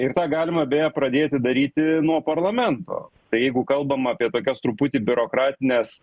ir tą galima beje pradėti daryti nuo parlamento tai jeigu kalbam apie tokias truputį biurokratines